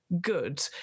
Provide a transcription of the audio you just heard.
good